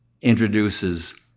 introduces